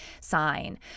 sign